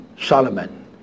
Solomon